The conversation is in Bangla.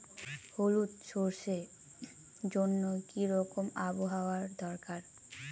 হলুদ সরষে জন্য কি রকম আবহাওয়ার দরকার?